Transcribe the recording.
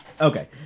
Okay